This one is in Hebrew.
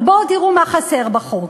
אבל בואו ותראו מה חסר בחוק: